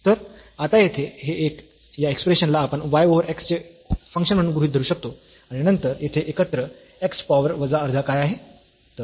तर आता येथे हे एक या एक्सप्रेशन ला आपण y ओव्हर x चे फंक्शन म्हणून गृहीत धरू शकतो आणि नंतर येथे एकत्र x पॉवर वजा अर्धा काय आहे